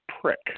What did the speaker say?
prick